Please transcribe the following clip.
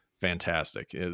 Fantastic